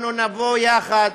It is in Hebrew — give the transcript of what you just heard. אנחנו נבוא יחד,